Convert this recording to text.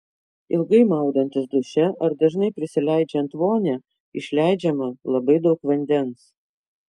ilgai maudantis duše ar dažnai prisileidžiant vonią išleidžiama labai daug vandens